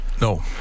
No